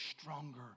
stronger